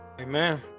Amen